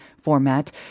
format